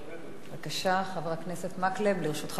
בבקשה, חבר הכנסת מקלב, לרשותך שלוש דקות.